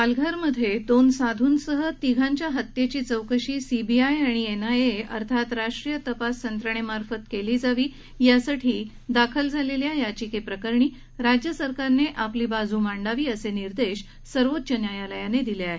पालघरमधे दोन साधूंसह तिघांच्या हत्येची चौकशी सीबीआय आणि एनआयए अर्थात राष्ट्रीय तपास संस्थेमार्फत केली जावी यासाठी दाखल झालेल्या याचिकेप्रकरणी राज्य सरकारनं आपली बाजू मांडावी असे निर्देश सर्वोच्च न्यायालयानं दिले आहेत